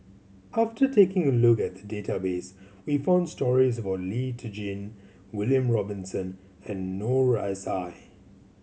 after taking a look at the database we found stories about Lee Tjin William Robinson and Noor S I